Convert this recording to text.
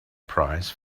price